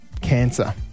cancer